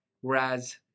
Whereas